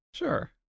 Sure